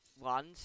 one